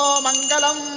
Mangalam